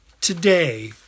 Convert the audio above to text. Today